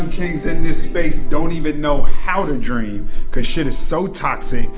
kings in this space don't even know how to dream cause shit is so toxic,